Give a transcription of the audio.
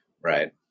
right